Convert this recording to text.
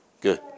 Good